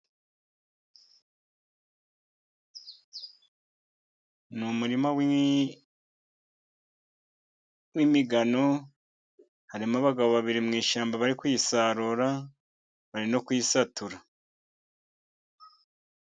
Ni umurima w'imigano, harimo abagabo babiri mu ishyamba bari kuyisarura, bari no kuyisatura.